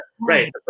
right